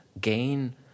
gain